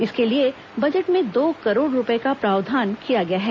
इसके लिए बजट में दो करोड़ रूपये का प्रावधान किया गया है